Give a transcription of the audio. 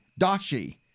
Dashi